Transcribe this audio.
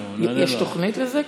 יש תוכנית לזה?